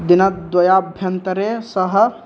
दिनद्वयाभ्यन्तरे सः